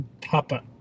papa